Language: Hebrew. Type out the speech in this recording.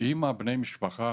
ואם בני המשפחה